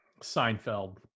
Seinfeld